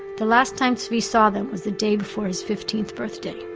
the last time zvi saw them was the day before his fifteenth birthday